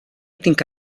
think